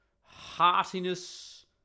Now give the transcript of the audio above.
heartiness